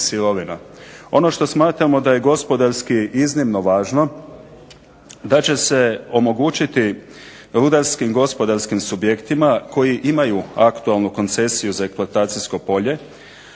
Ono što smatramo da je gospodarski iznimno važno da će se omogućiti rudarskim gospodarskim subjektima koji imaju aktualnu koncesiju za eksploatacijsko polje